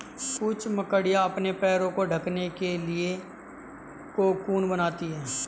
कुछ मकड़ियाँ अपने पैरों को ढकने के लिए कोकून बनाती हैं